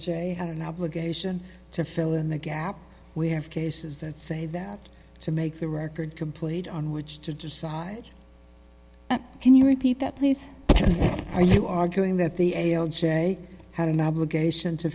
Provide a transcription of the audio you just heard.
the obligation to fill in the gap we have cases that say that to make the record complete on which to decide can you repeat that please are you arguing that the a l j had an obligation to